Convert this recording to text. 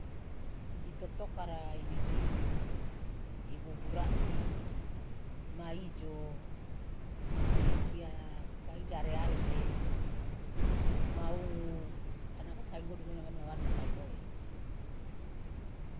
itotokara ibibiru igogurati ma ijo kai jare arese maungu kanagaka ingodumu ena ma warna kai ngoe